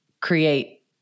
create